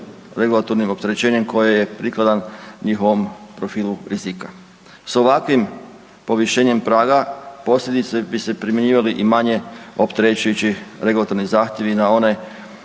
regulatornim opterećenjem koje je prikladan njihovom profilu rizika. S ovakvim povišenjem praga … bi se primjenjivali i manje opterećujući regulatorni zahtjevi na one